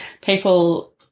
people